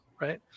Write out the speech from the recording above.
right